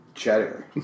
Cheddar